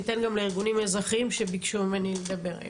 ניתן גם לארגונים האזרחיים שביקשו ממני לדבר.